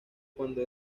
cuando